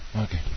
Okay